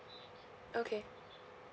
okay